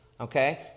Okay